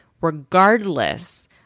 regardless